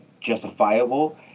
justifiable